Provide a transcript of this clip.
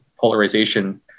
polarization